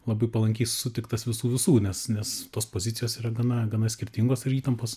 labai palankiai sutiktas visų visų nes nes tos pozicijos yra gana gana skirtingos ir įtampos